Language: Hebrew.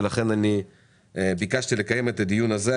ולכן ביקשתי לקיים את הדיון הזה.